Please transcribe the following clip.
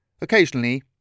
Occasionally